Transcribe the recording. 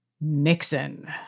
Nixon